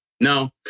No